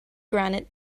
granite